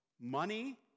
Money